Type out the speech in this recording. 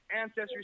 Ancestry